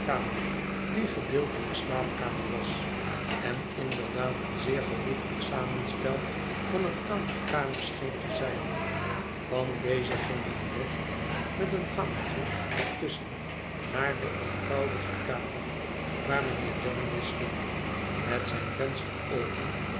die gedeeltelijk slaapkamer was en inderdaad een zeer geriefelijk samenstel van een aantal kamers scheen te zijn van deze ging men recht met een gangetje er tusschen naar de eenvoudige kamer waar mijnheer jarndyce een oüderwetsgh huis sliep met zijn venster open